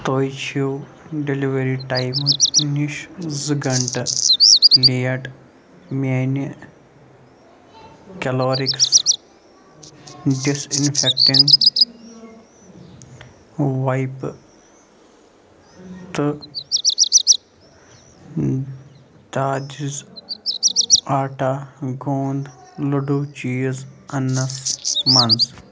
تُہۍ چھُو delivery time نِش زٕ گھنٛٹہٕ لیٹ میٛانہِ کٮ۪لارِکٕس ڈِس اِنفٮ۪کٹِنٛگ وایپہٕ تہٕ تاجِز آٹا گونٛد لڈوٗ چیٖز انٛنَس منٛز